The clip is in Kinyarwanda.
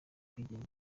ubwigenge